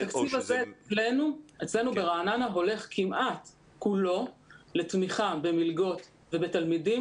התקציב הזה אצלנו הולך כמעט כולו לתמיכה במלגות ובתלמידים